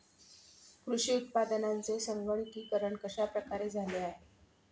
कृषी उत्पादनांचे संगणकीकरण कश्या प्रकारे झाले आहे?